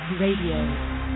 Radio